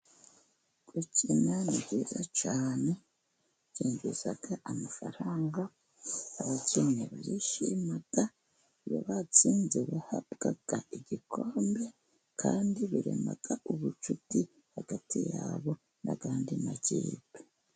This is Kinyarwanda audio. Gukina ni byiza cyane byinjiza amafaranga abakinnyi barishima, iyo batsinze bahabwa igikombe kandi birema ubucuti hagati yabo n'andi makipe.